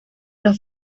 los